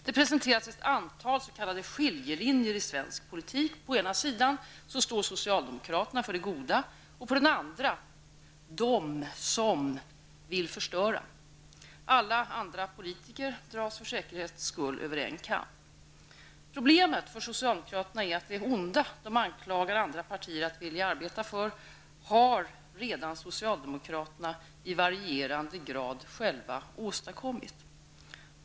Det presenteras ett antal s.k. skiljelinjer i svensk politik. På ena sidan står socialdemokraterna för det goda och på den andra ''dom som'' vill förstöra. Alla andra politiker dras för säkerhets skull över en kam. Problemet för socialdemokraterna är att det onda som de anklagar andra partier att vilja arbeta för har socialdemokraterna själva i varierande grad åstadkommit.